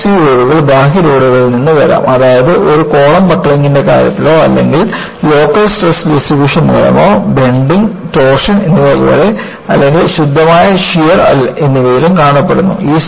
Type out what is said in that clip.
compressive ലോഡുകൾ ബാഹ്യ ലോഡുകളിൽ നിന്ന് വരാം അതായത് ഒരു കോളം ബക്കിളിംഗിന്റെ കാര്യത്തിലോ അല്ലെങ്കിൽ ലോക്കൽ സ്ട്രെസ് ഡിസ്ട്രിബ്യൂഷൻ മൂലമോ ബെൻഡിങ് ടോർഷൻ എന്നിവ പോലെ അല്ലെങ്കിൽ ശുദ്ധമായ ഷിയർ എന്നിവയിൽ കാണപ്പെടുന്നു